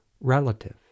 relative